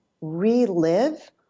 relive